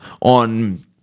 on